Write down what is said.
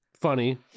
funny